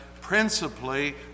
principally